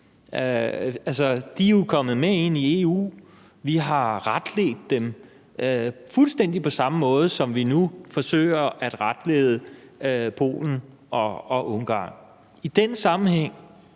de er jo kommet med ind i EU, vi har retledt dem, fuldstændig på samme måde, som vi nu forsøger at retlede Polen og Ungarn. I den sammenhæng